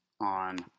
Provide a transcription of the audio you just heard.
on